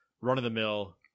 run-of-the-mill